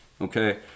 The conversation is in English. okay